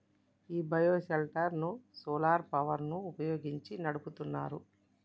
ఈ bio shelter ను solar power ని వుపయోగించి నడుపుతున్నారు